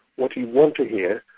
what you want to hear,